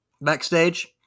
backstage